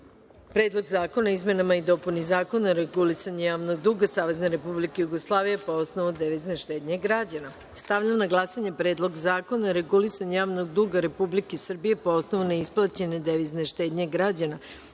Predlog zakona o izmenama i dopuni Zakona o regulisanju javnog duga Savezne Republike Jugoslavije po osnovu devizne štednje građana. Stavljam na glasanje Predlog zakona o regulisanju javnog duga Republike Srbije po osnovu neisplaćene devizne štednje građana